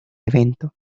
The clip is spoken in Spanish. evento